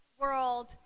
world